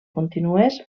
continués